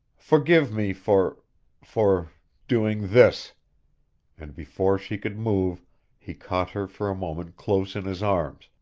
forgive me for for doing this and before she could move he caught her for a moment close in his arms,